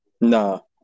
No